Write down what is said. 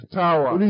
tower